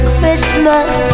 Christmas